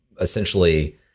essentially